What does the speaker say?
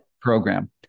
program